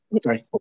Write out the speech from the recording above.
Sorry